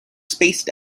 spaced